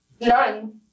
None